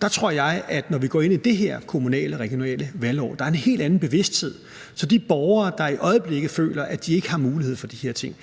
Der tror jeg, at når vi går ind i det her kommunale og regionale valgår, er der en helt anden bevidsthed, så de borgere, der i øjeblikket føler, at de ikke har mulighed for de her ting,